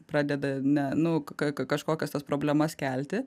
pradeda ne nu ka kažkokias tas problemas kelti